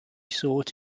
sought